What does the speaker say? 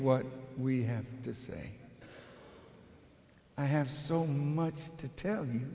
what we have to say i have so much to tell you